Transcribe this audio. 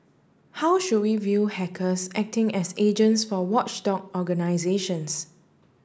how should we view hackers acting as agents for watchdog organisations